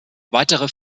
weitere